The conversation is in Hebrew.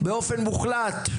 באופן מוחלט?